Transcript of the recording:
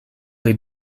pli